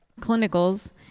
clinicals